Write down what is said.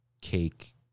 cake